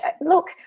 Look